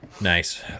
Nice